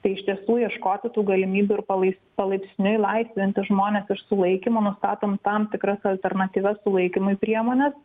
tai iš tiesų ieškoti tų galimybių ir palais palaipsniui laisvinti žmones iš sulaikymo nustatant tam tikras alternatyvias sulaikymui priemones